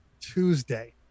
tuesday